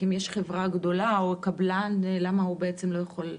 אם יש חברה גדולה או קבלן, למה הוא לא יכול לפנות?